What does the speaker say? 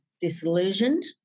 disillusioned